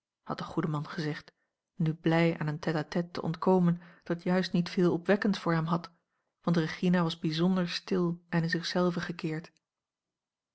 had de goede man gezegd nu blij aan een tête-à-tête te ontkomen dat juist niet veel opwekkends voor hem had want regina was bijzonder stil en in zich zelve gekeerd